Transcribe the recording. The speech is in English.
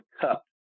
cup